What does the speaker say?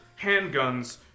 handguns